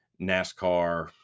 NASCAR